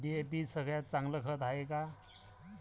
DAP सगळ्यात चांगलं खत हाये का?